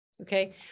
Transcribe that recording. okay